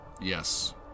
yes